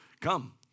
come